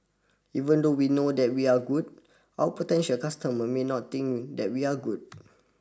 even though we know that we are good our potential customer may not think that we are good